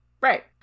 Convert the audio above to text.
right